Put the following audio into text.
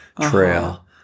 trail